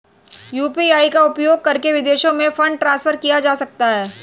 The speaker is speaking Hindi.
यू.पी.आई का उपयोग करके विदेशों में फंड ट्रांसफर किया जा सकता है?